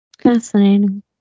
Fascinating